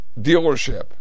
dealership